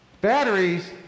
Batteries